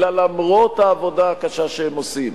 אלא למרות העבודה הקשה שהם עושים,